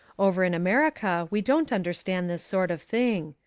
over in america we don't understand this sort of thing.